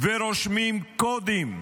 רושמים קודים,